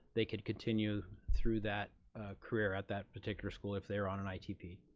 they could continue through that career at that particular school if they're on an itp.